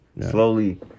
slowly